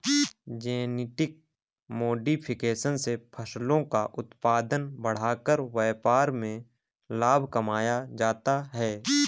genetic modification से फसलों का उत्पादन बढ़ाकर व्यापार में लाभ कमाया जाता है